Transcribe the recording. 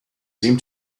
seem